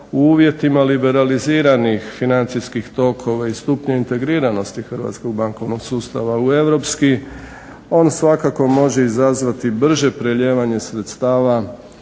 u uvjetima libelariziranih financijskih tokova i stupnja integriranosti hrvatskog bankovnog sustava u europski on svakako može izazvati brže prelijevanje sredstava iz Hrvatske